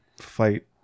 Fight